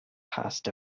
passed